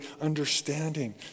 understanding